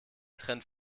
trend